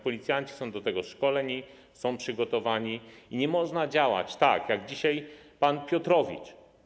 Policjanci są szkoleni, są przygotowani i nie można działać tak jak dzisiaj pan Piotrowicz.